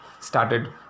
started